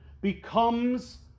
becomes